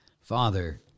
Father